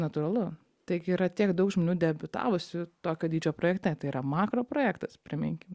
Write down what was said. natūralu tiek yra tiek daug žmonių debiutavusių tokio dydžio projekte tai yra makro projektas priminkim